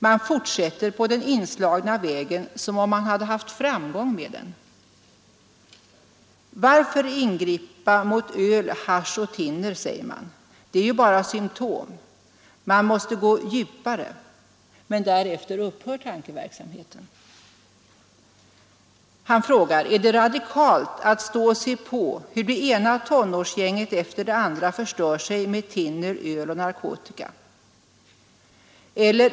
Man fortsätter på den inslagna vägen som om man haft framgång med den. ——— Varför ingripa mot öl, hasch och thinner, säger man, det är ju bara symtom, man måste gå på djupet. Därefter upphör tankever mheten. ——— Är det radikalt att stå och se på hur det ena tonårsgänget efter det andra förstör sig med thinner, öl och narkotika?